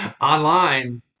online